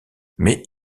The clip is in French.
mais